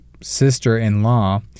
sister-in-law